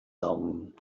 own